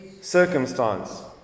circumstance